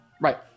Right